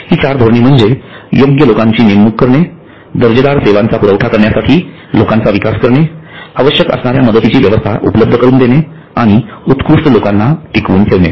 ही चार धोरणे म्हणजे योग्य लोकांची नेमणूक करणे दर्जेदार सेवांचा पुरवठा करण्यासाठी लोकांचा विकास करणे आवश्यक असणाऱ्या मदतीची व्यवस्था उपलब्ध करणे आणि उत्कृष्ट लोकांना टिकवून ठेवणे